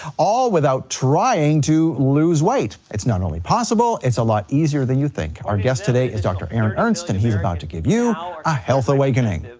all without trying to lose weight. it's not only possible, it's a lot easier than you think. our guest today is dr. aaron ernst and he's about to give you a health awakening.